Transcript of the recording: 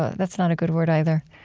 that's not a good word, either